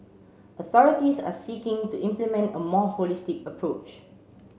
authorities are seeking to implement a more holistic approach